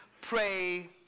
pray